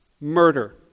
murder